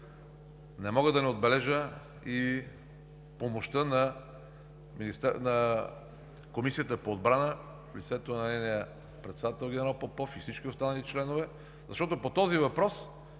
Не мога да не отбележа и помощта на Комисията по отбрана в лицето на нейния председател генерал Попов и на всички останали членове, защото, когато